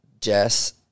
Jess